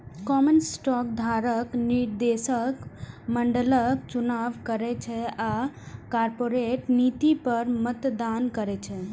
common stock धारक निदेशक मंडलक चुनाव करै छै आ कॉरपोरेट नीति पर मतदान करै छै